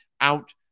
out